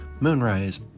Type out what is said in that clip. Moonrise